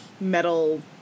metal